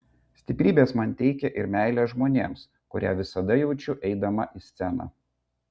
stiprybės man teikia ir meilė žmonėms kurią visada jaučiu eidama į sceną